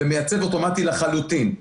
זה מייצג אוטומטי לחלוטין.